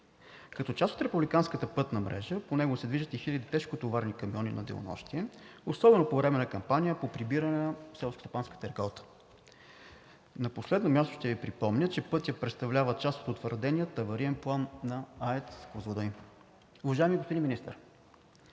Като част от републиканската пътна мрежа по него се движат и хиляди тежкотоварни камиони на денонощие, особено по време на кампании по прибиране на селскостопанската реколта. Не на последно място ще Ви припомня, че пътят представлява част от утвърдения авариен план на АЕЦ „Козлодуй“. Уважаеми господин Министър,